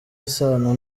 isano